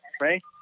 right